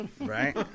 right